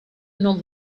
non